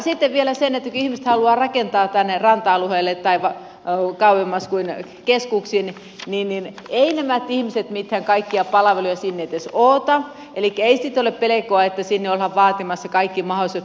sitten vielä on se että kun ihmiset haluavat rakentaa ranta alueelle tai kauemmas kuin keskuksiin niin eivät nämä ihmiset mitään kaikkia palveluja sinne edes odota elikkä ei siitä ole pelkoa että sinne ollaan vaatimassa kaikki mahdolliset palvelut